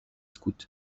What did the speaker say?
scouts